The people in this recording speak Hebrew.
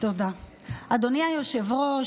תודה, אדוני היושב-ראש.